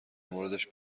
موردش